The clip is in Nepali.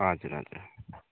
हजुर हजुर